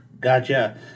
Gotcha